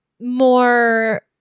more